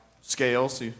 scales